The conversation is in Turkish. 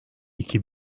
iki